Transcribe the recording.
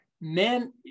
men